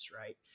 right